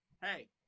Hey